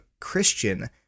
Christian